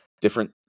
Different